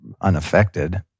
unaffected